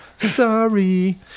Sorry